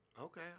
Okay